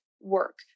work